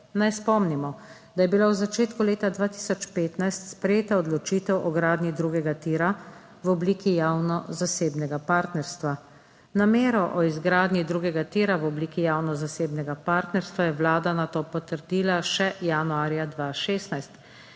Naj spomnimo, da je bila v začetku leta 2015 sprejeta odločitev o gradnji drugega tira v obliki javno-zasebnega partnerstva. Namero o izgradnji drugega tira v obliki javno-zasebnega partnerstva je Vlada nato potrdila še januarja 2016.